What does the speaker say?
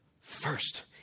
first